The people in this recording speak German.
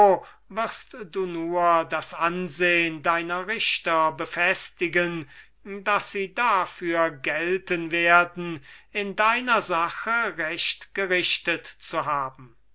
wirst du nur das ansehen deiner richter befestigen daß sie dafür gelten werden in deiner sache recht gerichtet zu haben